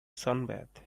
sunbathe